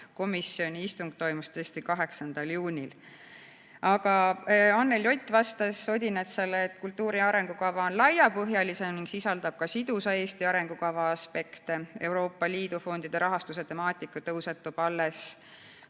komisjoni istung arengukava teemal toimus tõesti 8. juunil. Anneli Ott vastas Odinetsile, et kultuuri arengukava on laiapõhjalisem ning sisaldab ka sidusa Eesti arengukava aspekte. Euroopa Liidu fondide rahastuse temaatika tõusetub alles